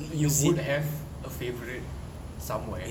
you would have a favourite somewhere